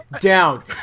down